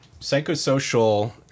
psychosocial